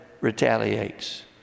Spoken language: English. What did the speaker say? retaliates